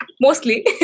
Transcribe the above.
mostly